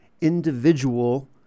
individual